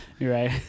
Right